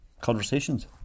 conversations